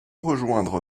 rejoindre